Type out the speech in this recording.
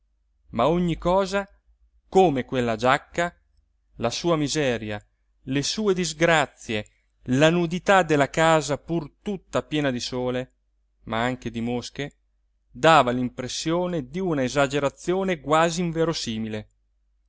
ma ogni cosa come quella giacca la sua miseria le sue disgrazie la nudità della casa pur tutta piena di sole ma anche di mosche dava l'impressione di una esagerazione quasi inverosimile